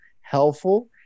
helpful